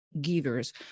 givers